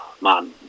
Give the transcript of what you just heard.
man